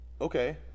okay